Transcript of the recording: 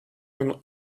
when